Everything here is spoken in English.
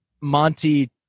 Monty